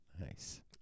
Nice